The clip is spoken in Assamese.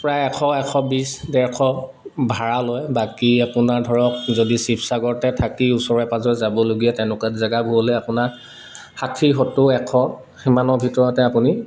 প্ৰায় এশ এশ বিছ ডেৰশ ভাড়া লয় বাকী আপোনাৰ ধৰক যদি শিৱসাগৰতে থাকি ওচৰে পাঁজৰে যাবলগীয়া তেনেকুৱা জেগা গ'লে আপোনাৰ ষাঠি সত্তৰ এশ সিমানৰ ভিতৰতে আপুনি